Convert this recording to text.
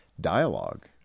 dialogue